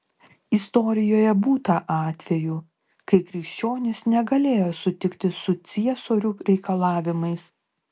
istorijoje būta atvejų kai krikščionys negalėjo sutikti su ciesorių reikalavimais